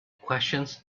questions